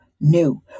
new